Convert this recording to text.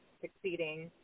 succeeding